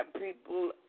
people